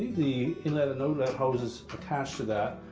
the inlet and outlet hoses attached to that.